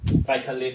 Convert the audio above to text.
ꯄꯥꯏꯈꯠꯂꯤ